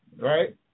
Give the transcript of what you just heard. right